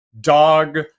dog